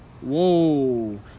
Whoa